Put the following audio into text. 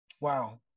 Wow